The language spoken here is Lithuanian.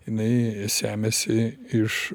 jinai semiasi iš